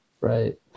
right